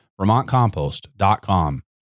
vermontcompost.com